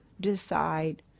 decide